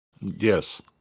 Yes